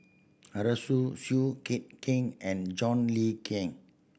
Arasu Seow Yit Kin and John Le Cain